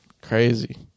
Crazy